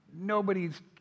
nobody's